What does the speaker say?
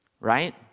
right